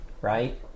Right